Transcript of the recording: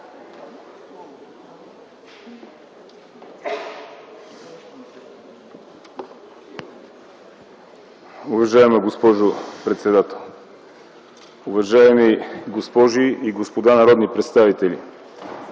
Уважаема госпожо председател, уважаеми госпожи и господа народни представители!